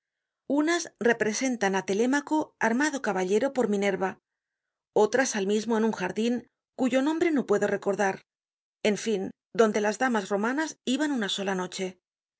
unas representan á telémaco armado caballero por minerva otras al mismo en un jardin cuyo nombre no puedo recordar en fin donde las damas romanas iban una sola noche